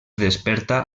desperta